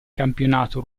campionato